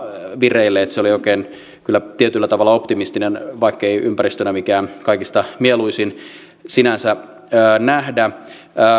vireille se oli kyllä tietyllä tavalla oikein optimistinen vaikkei ympäristönä mikään kaikista mieluisin sinänsä nähdä